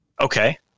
Okay